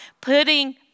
putting